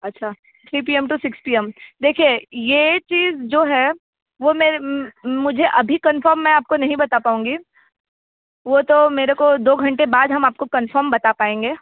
अच्छा three P M two six P M देखिए यह चीज़ जो है वह मुझे अभी कन्फर्म मैं आपको नहीं बता पाऊँगी वह तो मेरे को दो घंटे बाद हम आप को कन्फर्म बता पाएंगे